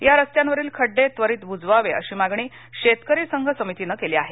या रस्त्यांवरील खड्डे त्वरीत बुजवावे अशी मागणी शेतकरी संघ समितीनं केली आहे